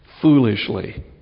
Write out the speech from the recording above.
foolishly